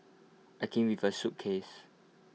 I came with A suitcase